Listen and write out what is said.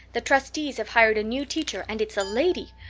the trustees have hired a new teacher and it's a lady.